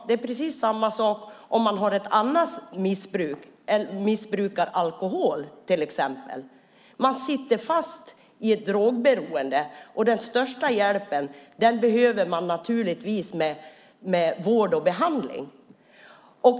Det är precis samma sak om man har ett annat missbruk, till exempel missbrukar alkohol. Man sitter fast i ett drogberoende, och den största hjälpen behöver man naturligtvis med vård och behandling.